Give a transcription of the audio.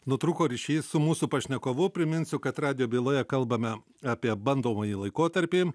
nutrūko ryšys su mūsų pašnekovu priminsiu kad radijo byloje kalbame apie bandomąjį laikotarpį